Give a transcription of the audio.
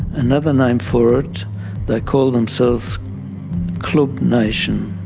another name for it they call themselves klub nation,